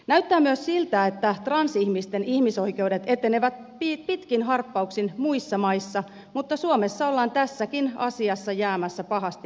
näyttää myös siltä että transihmisten ihmisoikeudet etenevät pitkin harppauksin muissa maissa mutta suomessa ollaan tässäkin asiassa jäämässä pahasti jälkeen